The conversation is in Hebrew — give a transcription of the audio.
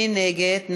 מי נגד?